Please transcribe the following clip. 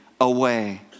away